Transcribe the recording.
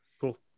Cool